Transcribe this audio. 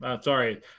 Sorry